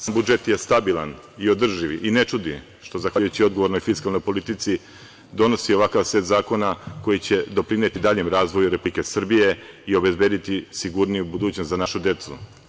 Sam budžet je stabilan i održiv i ne čudi što zahvaljujući odgovornoj fiskalnoj politici donosi ovakav set zakona koji će doprineti daljem razvoju Republike Srbije i obezbediti sigurniju budućnost za našu decu.